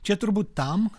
čia turbūt tam